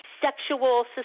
sexual